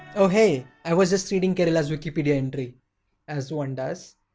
oh hey! i was just reading kerala's wikipedia entry as one does.